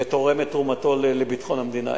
עושה את עבודתו ותורם את תרומתו לביטחון המדינה.